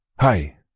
Hi